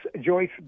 Joyce